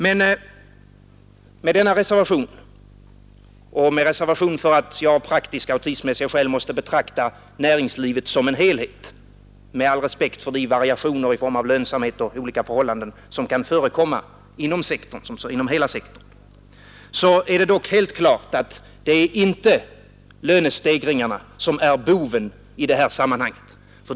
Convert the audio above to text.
Men med denna reservation och med reservation för att jag av praktiska och tidsmässiga skäl måste betrakta näringslivet som en helhet — med all respekt för de variationer i fråga om lönsamhet och olika förhållanden som kan förekomma inom hela näringslivet — är det dock helt klart att det inte är lönestegringarna som är boven i det här dramat.